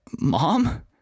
Mom